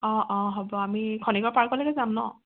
অঁ অঁ হ'ব আমি খনিকৰ পাৰ্কলৈকে যাম ন